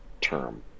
term